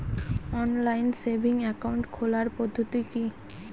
Online savings account খোলার পদ্ধতি কি?